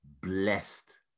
blessed